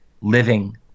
living